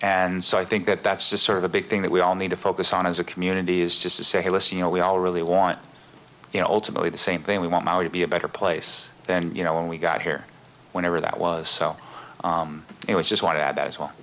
and so i think that that's the sort of a big thing that we all need to focus on as a community is just to say listen you know we all really want you know ultimately the same thing we want to be a better place then you know when we got here whenever that was so it was just want to add that as well